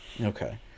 Okay